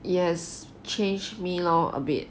yes changed me lor a bit